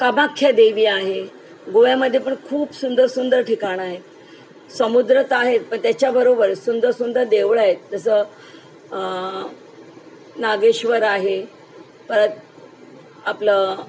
कामाख्या देवी आहे गोव्यामधे पण खूप सुंदर सुंदर ठिकाणं आहेत समुद्रात आहेत पण त्याच्याबरोबर सुंदर सुंदर देवळं आहेत जसं नागेश्वर आहे परत आपलं